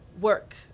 work